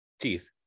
Teeth